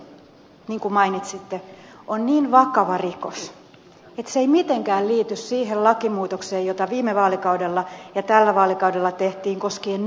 ryöstö niin kuin mainitsitte on niin vakava rikos että se ei mitenkään liity siihen lakimuutokseen jota viime vaalikaudella ja tällä vaalikaudella tehtiin koskien näpistyksiä